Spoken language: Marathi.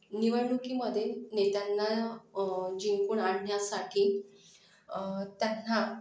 निवडणुकीमध्ये नेत्यांना जिंकून आणण्यासाठी त्यांना